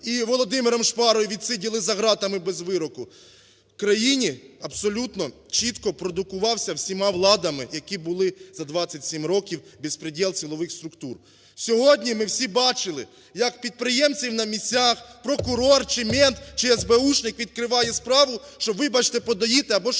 Володимиром Шпарою відсиділи за ґратами без вироку. В країні абсолютно чітко продукувався всіма владами, які були за двадцять сім років, безпрєдєл силових структур. Сьогодні ми всі бачили, як підприємців на місцях, прокурор, чи мент, чи есбеушник відкриває справу, щоб, вибачте, подоїти або щоб